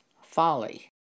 folly